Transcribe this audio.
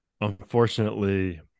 unfortunately